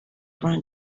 run